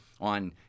on